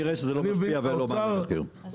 נראה שזה לא משפיע ולא --- אני מבין